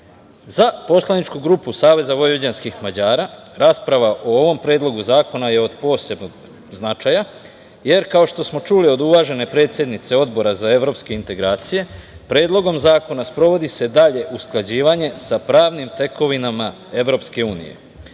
Za poslaničku grupu Saveza vojvođanskih Mađara rasprava o ovom predlogu zakona je od posebnog značaja jer, kao što smo čuli od uvažene predsednice Odbora za evropske integracije, Predlogom zakona sprovodi se dalje usklađivanje sa pravnim tekovinama Evropske unije